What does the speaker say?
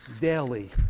Daily